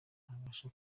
ntabasha